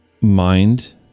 mind